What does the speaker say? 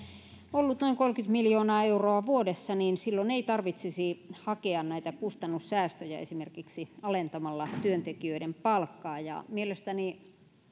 noin kolmekymmentä miljoonaa euroa vuodessa niin silloin ei tarvitsisi hakea näitä kustannussäästöjä esimerkiksi alentamalla työntekijöiden palkkaa mielestäni